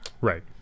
Right